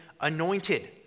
anointed